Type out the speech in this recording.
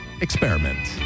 experiment